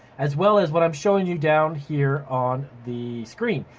as well as what i'm showing you down here on the screen.